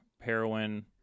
heroin